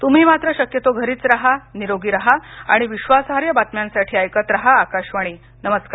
तुम्ही मात्र शक्यतो घरीच रहानिरोगी रहा आणि विश्वासार्ह बातम्यांसाठी ऐकत रहा आकाशवाणी नमस्कार